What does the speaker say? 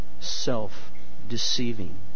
self-deceiving